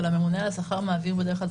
אבל הממונה על השכר מעביר בדרך כלל את